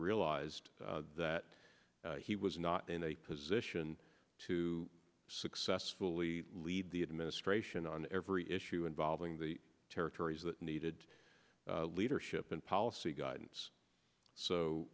realized that he was not in a position to successfully lead the administration on every issue involving the territories that needed leadership and policy guidance